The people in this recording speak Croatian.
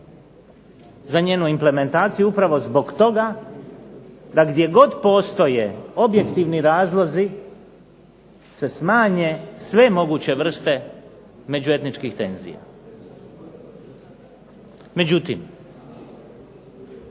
za njenu implementaciju upravo zbog toga da gdje god postoje objektivni razlozi se smanje sve moguće vrste međuetničkih tenzija. Međutim,